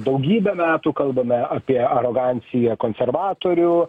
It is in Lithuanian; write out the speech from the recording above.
daugybę metų kalbame apie aroganciją konservatorių